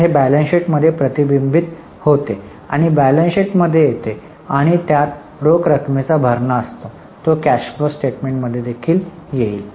तर हे balance sheet मध्ये प्रतिबिंबितं होते आणि ते बॅलन्स शीट मध्ये येते आणि त्यात रोख रकमेचा भरणा असतो तो कॅश फ्लो स्टेटमेंटमध्ये येईल